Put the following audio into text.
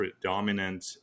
predominant